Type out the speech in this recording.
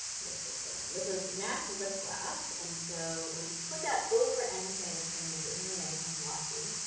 what is this one, this was mac lipglass, and so when you put that over anything, it's gonna make it really nice and glossy.